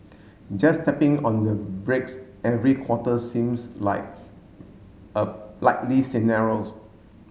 just tapping on the brakes every quarter seems like a likely scenarios